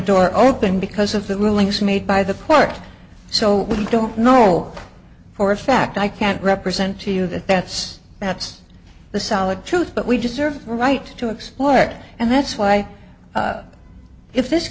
door open because of the rulings made by the court so we don't know for a fact i can't represent to you that that's that's the solid truth but we just serve right to exploit and that's why if this